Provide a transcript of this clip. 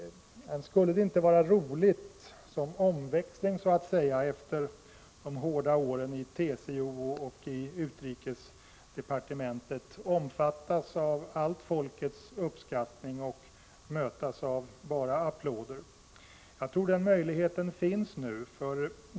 Skulle det inte, som omväxling efter de hårda åren i TCO och utrikesdepartementet, vara roligt att omfattas av allt folkets uppskattning och mötas av bara applåder? Det är nog möjligt nu.